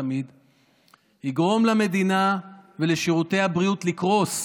יגרום למדינה ולשירותי הבריאות לקרוס.